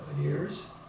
years